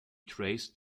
traced